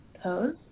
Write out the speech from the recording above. pose